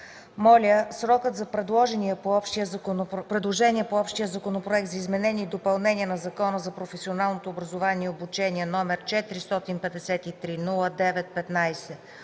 моля срокът за предложения по общия Законопроект за изменение и допълнение на Закона за професионалното образование и обучение, № 453-09-15